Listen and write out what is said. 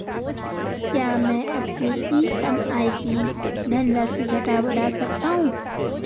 क्या मैं अपनी ई.एम.आई की धनराशि घटा बढ़ा सकता हूँ?